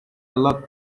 lot